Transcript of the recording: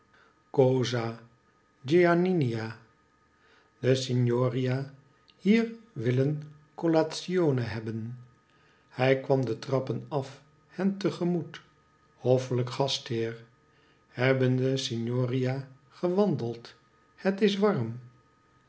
de signoria hier wiilen collazione hebben hij kwam de trappen af hen te gemoet hoffelijke gastheer hebben de signoria gewandeld het is warm